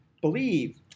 believe